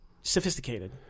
sophisticated